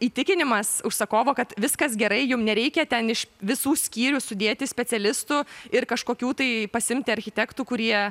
įtikinimas užsakovo kad viskas gerai jum nereikia ten iš visų skyrių sudėti specialistų ir kažkokių tai pasiimti architektų kurie